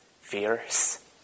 fears